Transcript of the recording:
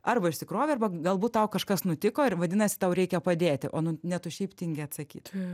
arba išsikrovė arba galbūt tau kažkas nutiko ir vadinasi tau reikia padėti o nu ne tu šiaip tingi atsakyt